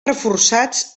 reforçats